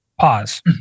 pause